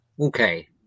Okay